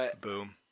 Boom